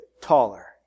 taller